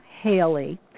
Haley